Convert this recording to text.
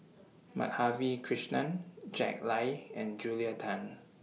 Madhavi Krishnan Jack Lai and Julia Tan